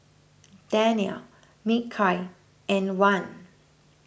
Danial Mikhail and Wan